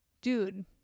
dude